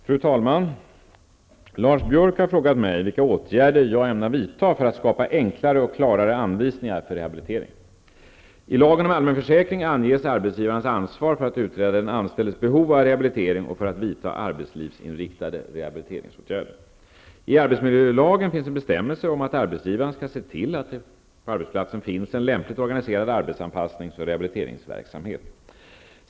Fru talman! Lars Biörck har frågat mig vilka åtgärder jag ämnar vidta för att skapa enklare och klarare anvisningar för rehabilitering. I arbetsmiljölagen finns en bestämmelse om att arbetsgivaren skall se till att det på arbetsplatsen finns en lämpligt organiserad arbetsanpassnings och rehabiliteringsverksamhet.